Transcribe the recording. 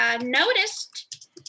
noticed